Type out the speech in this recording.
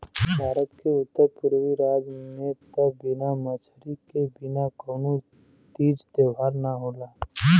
भारत के उत्तर पुरबी राज में त बिना मछरी के बिना कवनो तीज त्यौहार ना होला